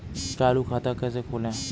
चालू खाता कैसे खोलें?